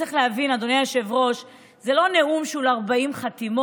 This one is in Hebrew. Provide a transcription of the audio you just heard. הייתה צריכה לוודא שתלמידי ישראל ידעו את קינת דוד,